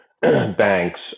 banks